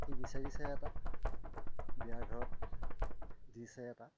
সি বিচাৰিছে এটা বিয়া ঘৰত দিছে এটা